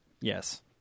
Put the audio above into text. Yes